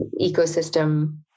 ecosystem